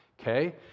Okay